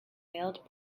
mailed